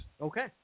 Okay